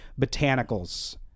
botanicals